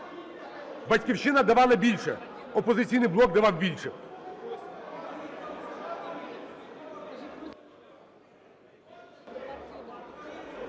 "Батьківщина" давала більше, "Опозиційний блок" давав більше.